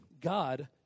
God